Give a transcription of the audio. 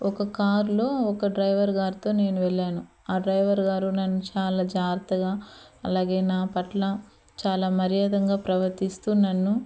ఒక కార్లో ఒక డ్రైవర్ గారితో నేను వెళ్ళాను ఆ డ్రైవర్ గారు నన్ను చాలా జాగ్రత్తగా అలాగే నా పట్ల చాలా మర్యాదగా ప్రవర్తిస్తూ నన్ను